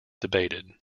debated